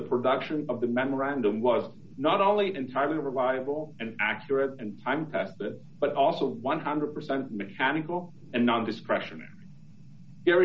production of the memorandum was not only entirely reliable and accurate and i'm but also one hundred percent mechanical and nondiscretionary